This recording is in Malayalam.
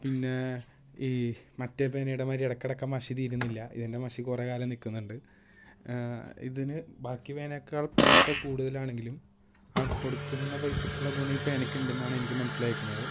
പിന്നെ ഈ മറ്റേ പേനയുടെ മാതിരി ഇടയ്ക്കിടയ്ക്കും മഷി തീരുന്നില്ല ഇതിൻ്റെ മഷി കുറേ കാലം നിൽക്കുന്നുണ്ട് ഇതിന് ബാക്കി പേനയേക്കാൾ പൈസ കൂടുതലാണെങ്കിലും ആ കൊടുക്കുന്ന പൈസക്കുള്ള ഗുണം ഈ പേനയ്ക്ക് ഉണ്ടെന്നാണ് എനിക്ക് മനസ്സിലായിരിക്കുന്നത്